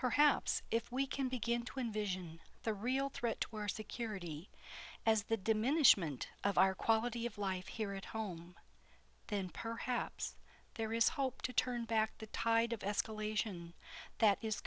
perhaps if we can begin to envision the real threat to our security as the diminishment of our quality of life here at home then perhaps there is hope to turn back the tide of escalation that is